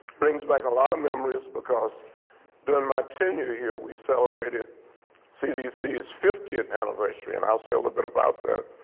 brings back a lot of memories because during my tenure here we celebrated cdc's fiftieth anniversary and i'll say a little bit about that.